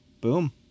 Boom